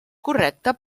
correcte